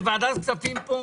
זה ועדת כספים פה,